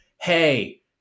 Hey